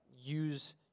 use